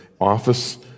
office